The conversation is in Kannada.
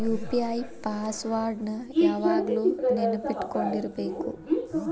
ಯು.ಪಿ.ಐ ಪಾಸ್ ವರ್ಡ್ ನ ಯಾವಾಗ್ಲು ನೆನ್ಪಿಟ್ಕೊಂಡಿರ್ಬೇಕು